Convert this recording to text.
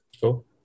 Cool